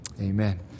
Amen